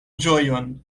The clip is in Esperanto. ĝojon